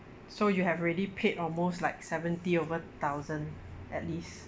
so you have already paid almost like seventy over thousand at least